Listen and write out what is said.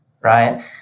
right